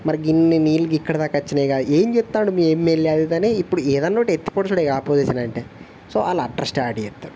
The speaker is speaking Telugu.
మరి గిన్ని నీళ్ళు ఇక్కడ దాకా వచ్చినాయిగా ఏం చేస్తున్నాడు మీ ఏమ్ఎల్ఏ అది ఇది అని ఇప్పడు ఏదన్నుంటే ఎత్తి పొడుసుడేగా అపోజిషన్ అంటే సో వాళ్ళు అలా స్టార్ట్ చేస్తారు